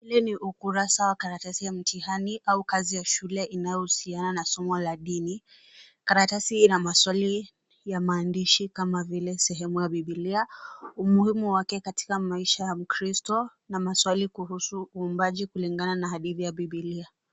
Hili ni ukurasa wa karatasi wa mtihani au kazi ya shule inayohusiana na somo la dini. Karatasi hii ina maswali ya maandishi kama vile sehemu ya bibilia, umuhimu wake katika maisha ya mkristo na maswali kuhusiana na uumbaji kulingana na hadithi ya bibilia.